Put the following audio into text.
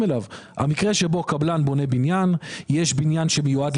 יפה שאתה זורם, אבל אני לא בטוח שצריך לזרום.